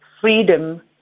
freedom